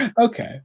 Okay